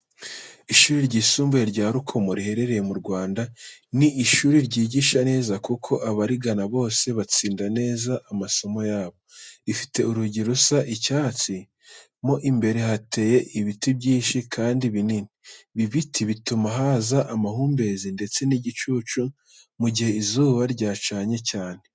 Ishuri ryisumbuye rya rukomo riherereye mu Rwanda, ni ishuri ryigisha neza kuko abarigana bose batsinda neza amasomo yabo. Rifite urugi rusa icyatsi, mo imbere hateye ibiti byinshi kandi binini, ibi biti bituma haza amahumbezi, ndetse n'igicucu mu gihe izuba ryacanye cyane.